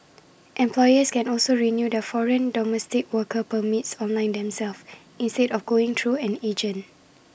employers can also renew their foreign domestic worker permits online themselves instead of going through an agent